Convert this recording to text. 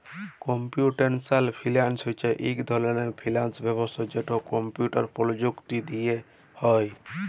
computational finance হছে ইক ধরলের ফিল্যাল্স ব্যবস্থা যেট কম্পিউটার পরযুক্তি দিঁয়ে হ্যয়